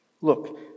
Look